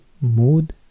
Mood